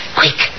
quick